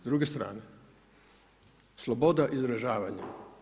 S druge strane, sloboda izražavanja.